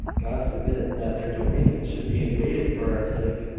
god forbid that their dominions should be invaded for our sake!